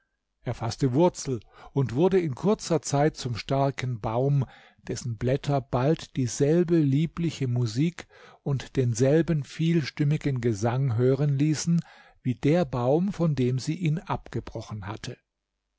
faßte wurzel und wurde in kurzer zeit zum starken baum dessen blätter bald dieselbe liebliche musik und denselben vielstimmigen gesang hören ließen wie der baum von dem sie ihn abgebrochen hatte